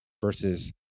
versus